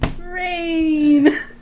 Rain